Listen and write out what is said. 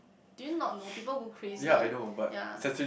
do you not know people will crazy yea